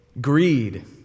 Greed